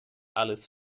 alles